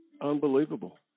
Unbelievable